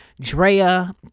Drea